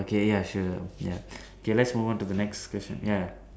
okay ya sure ya okay let's move on to the next question ya